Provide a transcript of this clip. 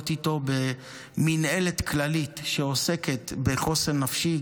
איתו במינהלת כללית שעוסקת בחוסן נפשי,